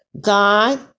God